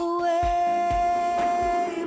Away